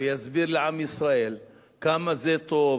ויסביר לעם ישראל כמה זה טוב,